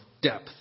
depth